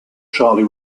charlie